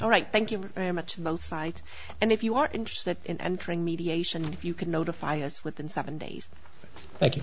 all right thank you very much about site and if you are interested in entering mediation if you can notify us within seven days